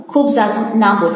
ખૂબ ઝાઝું ના બોલો